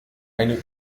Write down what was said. eine